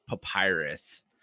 Papyrus